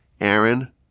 Aaron